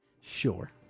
Sure